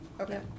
Okay